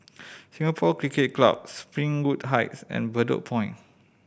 Singapore Cricket Club Springwood Heights and Bedok Point